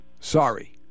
sorry